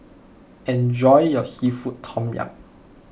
enjoy your Seafood Tom Yum